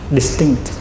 distinct